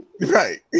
Right